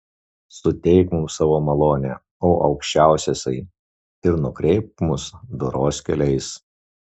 suteik mums savo malonę o aukščiausiasai ir nukreipk mus doros keliais